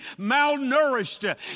malnourished